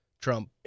Trump